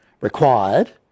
required